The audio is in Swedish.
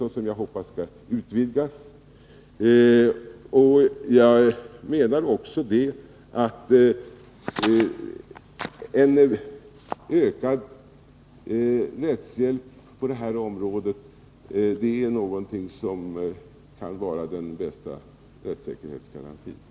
Jag hoppas att informationen därom skall förbättras. Jag menar också att en ökad rättshjälp på detta område kan vara den bästa rättssäkerhetsgarantin.